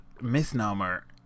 misnomer